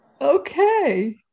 Okay